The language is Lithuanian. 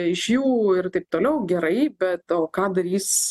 iš jų ir taip toliau gerai bet o ką darys